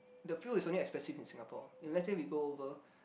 the fuel is only expensive in Singapore and let's say we go over